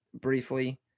briefly